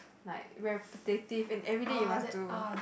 like repetitive and everyday you must do